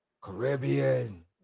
Caribbean